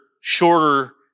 Shorter